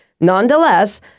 Nonetheless